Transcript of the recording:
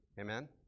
Amen